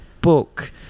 book